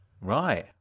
Right